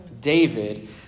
David